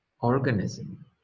organism